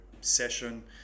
session